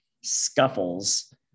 scuffles